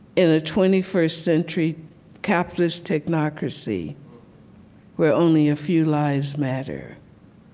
in a twenty first century capitalist technocracy where only a few lives matter?